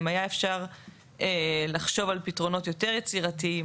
אם היה אפשר לחשוב על פתרונות יותר יצירתיים,